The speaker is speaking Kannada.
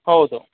ಹೌದು